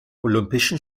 olympischen